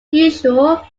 usual